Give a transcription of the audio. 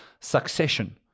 succession